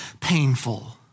painful